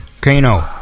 Kano